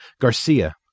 Garcia